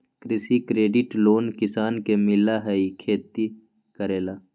कृषि credit loan किसान के मिलहई खेती करेला?